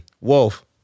Wolf